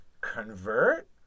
convert